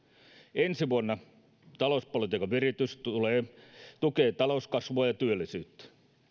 ensi vuonna talouspolitiikan viritys tukee talouskasvua ja työllisyyttä